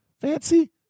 fancy